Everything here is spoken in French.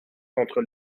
contre